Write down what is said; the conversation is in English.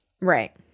right